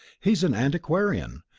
he's an antiquarian,